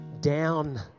down